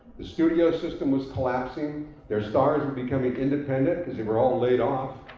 the studio system was collapsing. their stars were becoming independent because they were all laid off.